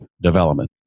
development